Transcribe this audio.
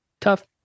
Tough